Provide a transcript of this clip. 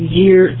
year